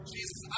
Jesus